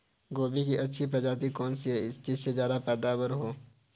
गोभी की अच्छी प्रजाति कौन सी है जिससे पैदावार ज्यादा हो?